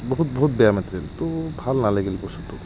বহুত বহুত বেয়া মেটেৰীয়েলটো ভাল নালাগিল বস্তুটো